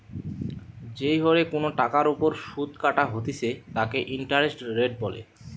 যেই হরে কোনো টাকার ওপর শুধ কাটা হইতেছে তাকে ইন্টারেস্ট রেট বলে